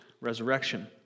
resurrection